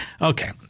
okay